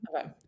Okay